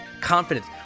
confidence